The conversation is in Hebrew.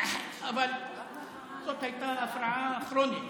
אח, אבל זאת הייתה הפרעה כרונית.